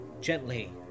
Gently